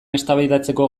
eztabaidatzeko